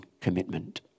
commitment